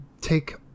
take